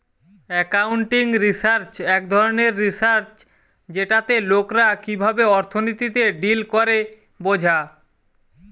accounting research এক ধরণের research যেটাতে লোকরা কিভাবে অর্থনীতিতে ডিল করে বোঝা